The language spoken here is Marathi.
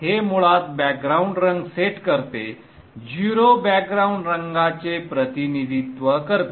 हे मुळात बॅकग्राउंड रंग सेट करते 0 बॅकग्राउंड रंगाचे प्रतिनिधित्व करते